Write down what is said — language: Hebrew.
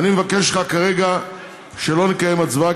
אני מבקש ממך כרגע שלא לקיים הצבעה,